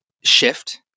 shift